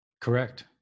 Correct